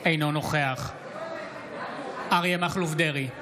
אינו נוכח אריה מכלוף דרעי,